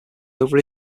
over